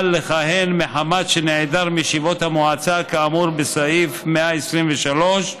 לכהן מחמת שנעדר מישיבות המועצה כאמור בסעיף 123,